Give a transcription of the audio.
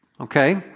okay